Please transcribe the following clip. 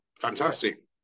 fantastic